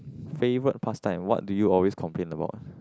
favorite pastime what do you always complain about